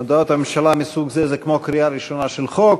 הודעות ממשלה מסוג זה הן כמו קריאה ראשונה של חוק.